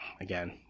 again